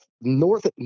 north